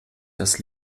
das